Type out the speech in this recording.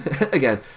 Again